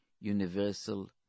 universal